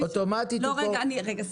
רגע,